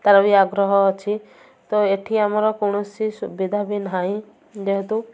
ତା'ର ବି ଆଗ୍ରହ ଅଛି ତ ଏଠି ଆମର କୌଣସି ସୁବିଧା ବି ନାହିଁ ଯେହେତୁ